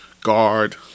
guard